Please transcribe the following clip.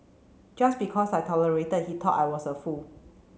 just because I tolerated he thought I was a fool